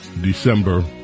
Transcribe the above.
December